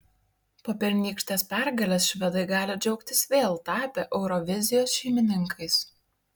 po pernykštės pergalės švedai gali džiaugtis vėl tapę eurovizijos šeimininkais